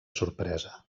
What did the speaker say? sorpresa